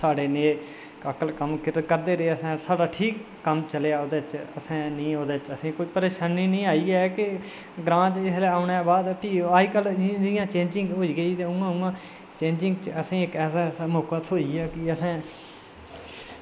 साढ़े नेह कम्म करदे रेह साढ़ा ठीक कम्म चलेआ ओह्दे च फेमिली कोई असेंगी ओह्दे च परेशानी निं आई ऐ ग्रांऽ चा औने दे बाद जियां जियां चेंज़िंग होंदी गेई ते उयां चेंज़िंग च असें गी इक्क ऐसा मौका थ्होई गेआ की असें